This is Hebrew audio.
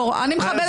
חשוב להסביר.